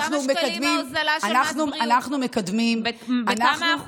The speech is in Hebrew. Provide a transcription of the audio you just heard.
אנחנו מקדמים, בכמה שקלים ההוזלה של מס בריאות?